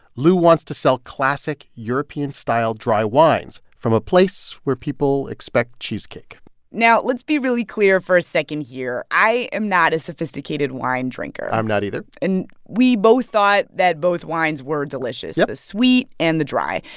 lou wants to sell classic, european-style dry wines from a place where people expect cheesecake now, let's be really clear for a second here. i am not a sophisticated wine drinker i'm not either and we both thought that both wines were delicious. yup. the sweet and the dry.